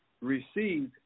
received